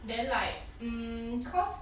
then like mm cause